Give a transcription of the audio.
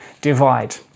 divide